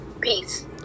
Peace